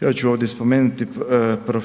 ja ću ovdje spomenuti prof.